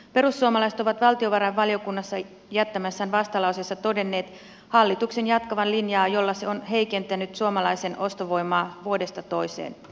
perussuomalaiset ovat valtiovarainvaliokunnassa jättämässään vastalauseessa todenneet hallituksen jatkavan linjaa jolla se on heikentänyt suomalaisen ostovoimaa vuodesta toiseen